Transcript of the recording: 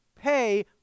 pay